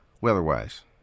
weather-wise